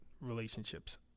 relationships